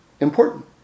important